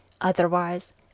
Otherwise